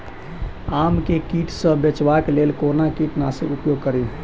आम केँ कीट सऽ बचेबाक लेल कोना कीट नाशक उपयोग करि?